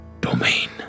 domain